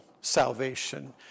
salvation